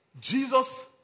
Jesus